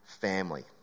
family